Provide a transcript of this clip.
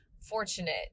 fortunate